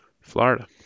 Florida